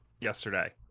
yesterday